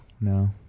no